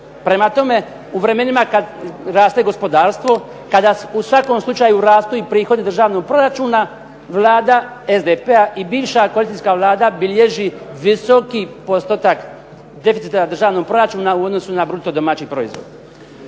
Prema tome u vremenima kad raste gospodarstvo, kada u svakom slučaju rastu i prihodi državnog proračuna Vlada SDP-a i bivša koalicijska Vlada bilježi visoki postotak deficita državnog proračuna u odnosu na bruto domaći proizvod.